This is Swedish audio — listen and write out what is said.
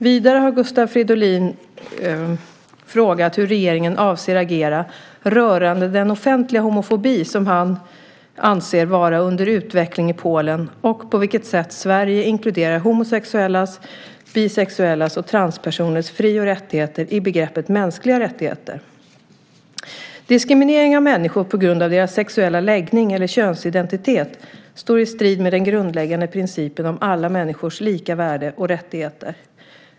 Vidare har Gustav Fridolin frågat hur regeringen avser att agera rörande den offentliga homofobi som han anser vara under utveckling i Polen och på vilket sätt Sverige inkluderar homosexuellas, bisexuellas och transpersoners fri och rättigheter i begreppet mänskliga rättigheter. Diskriminering av människor på grund av deras sexuella läggning eller könsidentitet står i strid med den grundläggande principen om alla människors lika värde och rättigheter.